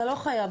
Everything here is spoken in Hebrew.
אתה לא חייב.